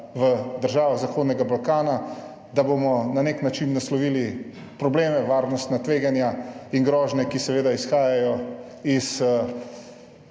v državah Zahodnega Balkana, da bomo na nek način naslovili probleme, varnostna tveganja in grožnje, ki seveda izhajajo iz